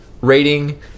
rating